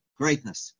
greatness